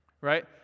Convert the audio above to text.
right